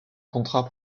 contrat